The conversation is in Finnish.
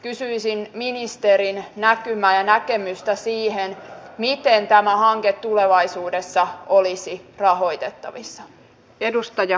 kysyisin ministerin näkymää ja näkemystä siihen miten tämä hanke tulevaisuudessa olisi rahoitettavissa